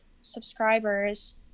subscribers